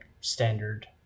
standard